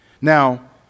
Now